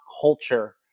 culture